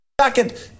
Second